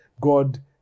God